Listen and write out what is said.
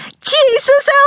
Jesus